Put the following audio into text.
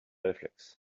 réflexe